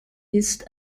ist